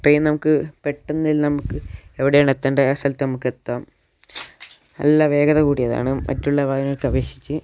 train നമുക്ക് പെട്ടന്ന് എല്ലാം നമുക്ക് എവിടെയാണ് എത്തേണ്ടത് ഏത് സ്ഥലത്ത് നമുക്ക് എത്താം നല്ല വേഗത കൂടിയതാണ് മറ്റുള്ള വാഹനങ്ങൾക്ക് അപേക്ഷിച്ചു